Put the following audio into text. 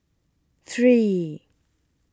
three